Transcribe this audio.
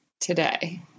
today